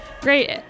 great